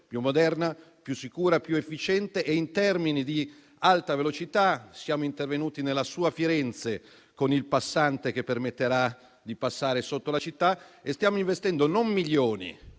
più moderna, più sicura, più efficiente. In termini di Alta velocità, siamo intervenuti nella sua Firenze con il passante che permetterà di passare sotto la città e stiamo investendo non milioni,